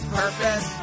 purpose